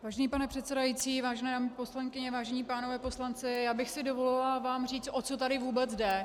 Vážený pane předsedající, vážené paní poslankyně, vážení páni poslanci, já bych si dovolila vám říct, o co tady vůbec jde.